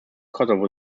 kosovo